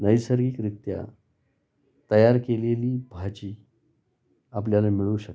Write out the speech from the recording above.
नैसर्गिकरित्या तयार केलेली भाजी आपल्याला मिळू शकते